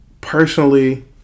Personally